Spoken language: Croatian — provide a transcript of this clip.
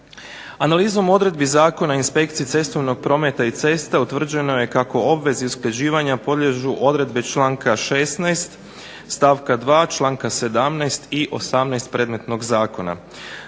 Analizom odredbi Zakona o inspekciji cestovnog prometa i cesta utvrđeno je kako obveze i usklađivanja podliježu odredbe članka 16. stavka 2., članka 17. i 18. predmetnog zakona.